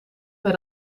met